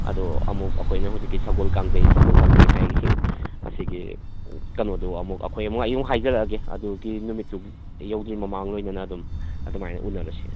ꯑꯗꯣ ꯑꯃꯨꯛ ꯑꯩꯈꯣꯏꯅ ꯍꯧꯖꯤꯛꯀꯤ ꯁꯒꯣꯜ ꯀꯥꯡꯖꯩ ꯁꯒꯣꯜ ꯀꯥꯡꯖꯩ ꯍꯥꯏꯔꯤꯁꯤ ꯑꯁꯤꯒꯤ ꯀꯩꯅꯣꯗꯨ ꯑꯃꯨꯛ ꯑꯩꯈꯣꯏ ꯑꯃꯨꯛ ꯑꯩ ꯑꯃꯨꯛ ꯍꯥꯏꯖꯔꯛꯑꯒꯦ ꯑꯗꯨꯒꯤ ꯅꯨꯃꯤꯠꯇꯨꯒꯤ ꯌꯧꯗ꯭ꯔꯤ ꯃꯥꯡꯑꯣꯏꯅꯅ ꯑꯗꯨꯝ ꯑꯗꯨꯃꯥꯏꯅ ꯎꯟꯅꯔꯁꯤ